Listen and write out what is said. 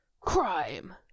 crime